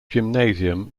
gymnasium